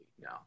no